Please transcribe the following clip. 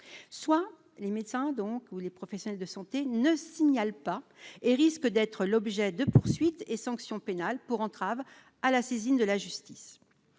soit les médecins donc, où les professionnels de santé ne signale pas et risque d'être l'objet de poursuites et sanctions pénales pour entrave à la saisine de la justice,